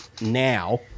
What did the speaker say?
now